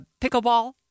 pickleball